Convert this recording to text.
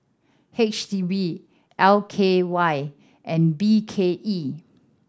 H D B L K Y and B K E